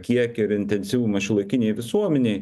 kiekį ir intensyvumą šiuolaikinėj visuomenėj